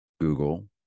Google